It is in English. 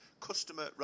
Customer